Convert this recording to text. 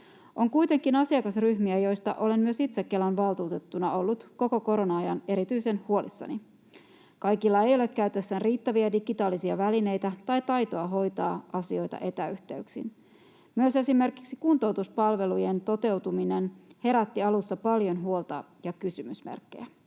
On kuitenkin asiakasryhmiä, joista olen myös itse Kelan valtuutettuna ollut koko korona-ajan erityisen huolissani. Kaikilla ei ole käytössään riittäviä digitaalisia välineitä tai taitoa hoitaa asioita etäyhteyksin. Myös esimerkiksi kuntoutuspalvelujen toteutuminen herätti alussa paljon huolta ja kysymysmerkkejä.